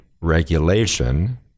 regulation